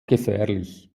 gefährlich